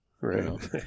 right